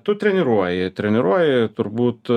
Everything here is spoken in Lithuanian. tu treniruoji treniruoji turbūt